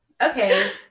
Okay